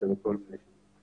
יש לזה כל מיני שמות.